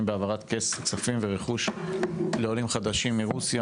בהעברת כספים ורכוש לעולים חדשים מרוסיה,